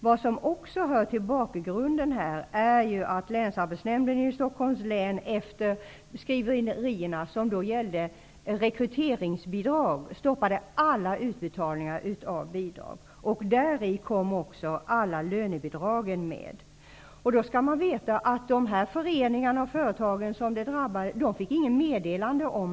Vad som också hör till bakgrunden är att Länsarbetsnämnden i Stockholms län, efter skriverierna som gällde rekryteringsbidrag, stoppade alla utbetalningar av bidrag, även lönebidrag. Man skall veta att de föreningar och företag som drabbades inte fick något meddelande.